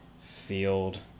Field